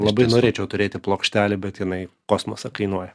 labai norėčiau turėti plokštelę bet jinai kosmosą kainuoja